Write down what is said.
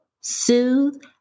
soothe